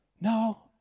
No